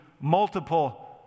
multiple